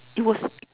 it was